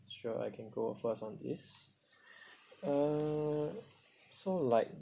sure I can go first on this uh so like